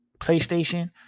PlayStation